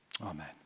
Amen